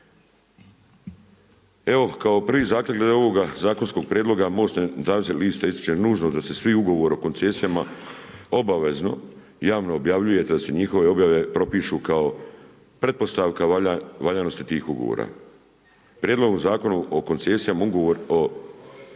Evo, kao prvi zahtjev glede ovoga zakonskog prijedloga, MOST Nezavisnih lista ističe nužno da se svi ugovori o koncesijama obavezno javno objavljuje, te da se njihove objave propišu kao pretpostavka valjanosti tih ugovora. Prijedlogom Zakona o koncesijama Ugovor o